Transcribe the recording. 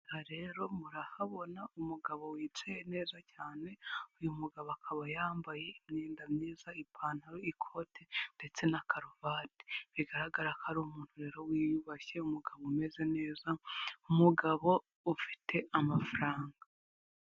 Aha rero murahabona umugabo wicaye neza cyane, uyu mugabo akaba yambaye imyenda myiza ipantaro, ikote ndetse na karuvati, bigaragara ko ari umuntu rero wiyubashye, umugabo umeze neza, umugabo ufite amafaranga.